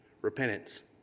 repentance